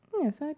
Yes